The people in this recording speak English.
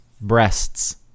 Breasts